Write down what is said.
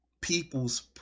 people's